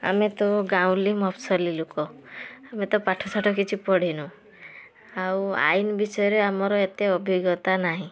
ଆମେ ତ ଗାଉଁଲି ମଫସଲି ଲୋକ ହୁଏ ତ ପାଠ ଶାଠ କିଛି ପଢ଼ିନୁ ଆଉ ଆଇନ ବିଷୟରେ ଆମର ଏତେ ଅଭିଜ୍ଞତା ନାହିଁ